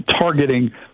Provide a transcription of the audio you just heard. targeting